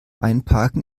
einparken